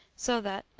so that,